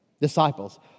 disciples